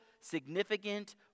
significant